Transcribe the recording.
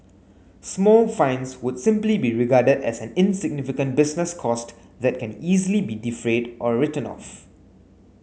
small fines would simply be regarded as an insignificant business cost that can easily be defrayed or written off